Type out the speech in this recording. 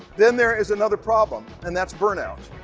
then there is another problem. and that's burnout,